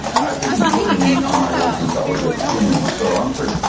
i've been living on my own since i was eighteen so i'm pretty,